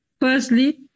Firstly